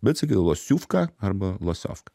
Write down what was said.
bet sakydavo losiuvka arba losiovka